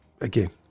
again